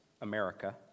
america